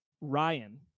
Ryan